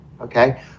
Okay